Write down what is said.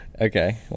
Okay